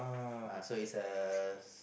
uh so is a